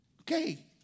Okay